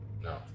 No